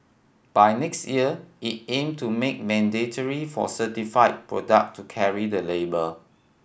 by next year it aim to make mandatory for certified product to carry the label